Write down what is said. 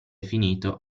finito